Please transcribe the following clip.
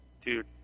Dude